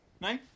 No